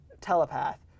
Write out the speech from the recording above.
telepath